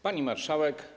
Pani Marszałek!